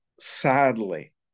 sadly